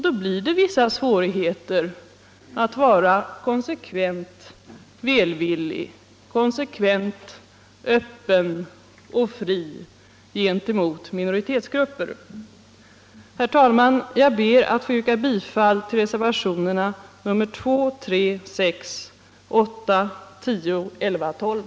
Då blir det svårt att vara konsekvent 14 maj 1975 välvillig, konsekvent öppen och fri gentemot minoritetsgrupper. Herr talman! Jag ber att få yrka bifall till reservationerna 2, 3, 6, 8, — Riktlinjer för